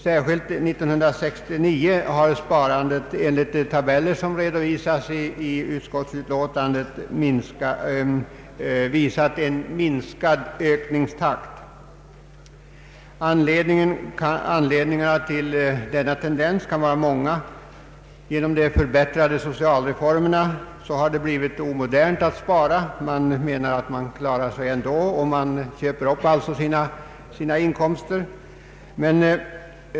Särskilt under år 1969 har sparandet enligt tabeller som redovisas i betänkandet visat en minskad ökningstakt. Anledningarna till denna tendens kan vara många. Genom de förbättrade socialreformerna har det blivit omodernt att spara; man menar att man klarar sig ändå och köper upp sina inkomster.